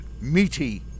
meaty